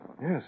Yes